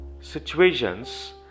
situations